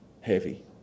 heavy